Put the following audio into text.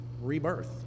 rebirth